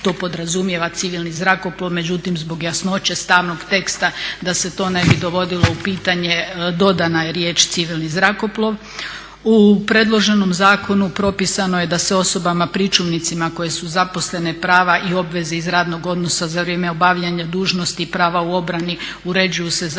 to podrazumijeva civilni zrakoplov, međutim zbog jasnoće stalnog teksta da se to ne bi dovodilo u pitanje dodana je riječ civilni zrakoplov. U predloženom zakonu propisano je da se osobama pričuvnicima koje su zaposlene prava i obveze iz radnog odnosa za vrijeme obavljanja dužnosti prava u obrani uređuju se Zakonom